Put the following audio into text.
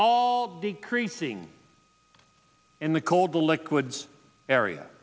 all decreasing in the cold the liquids area